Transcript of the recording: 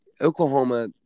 Oklahoma